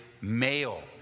male